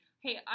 Hey